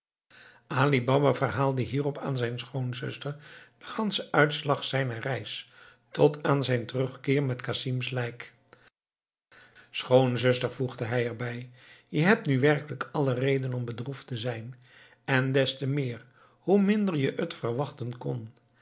ali baba verhaalde hierop aan zijn schoonzuster den ganschen uitslag zijner reis tot aan zijn terugkeer met casim's lijk schoonzuster voegde hij er bij je hebt nu werkelijk alle reden om bedroefd te zijn en des te meer hoe minder je het verwachten kon